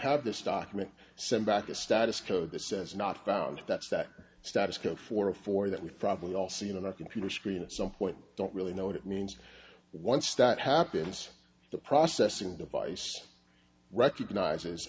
have this document sent back a status code that says not found that's that status code for a for that we probably all seen on our computer screen at some point don't really know what it means once that happens the processing device recognizes